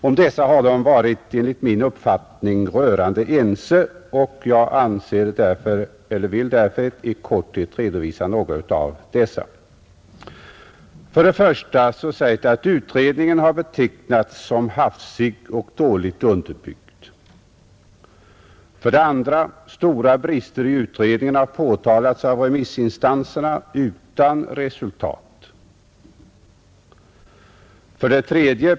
Om dessa har vederbörande enligt min uppfattning varit rörande eniga och jag vill därför i korthet redovisa några av dem. 1. Utredningen har betecknats som hafsig och dåligt underbyggd. 2. Stora brister i utredningen har påtalats av remissinstanserna utan resultat. 3.